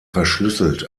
verschlüsselt